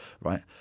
Right